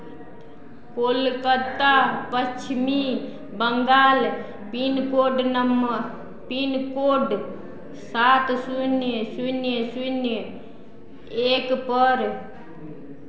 कोलकाता पश्चिमी Bengal pincode number pincode सात शून्य शून्य शून्य एकपर